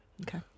Okay